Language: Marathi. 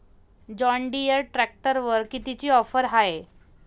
जॉनडीयर ट्रॅक्टरवर कितीची ऑफर हाये?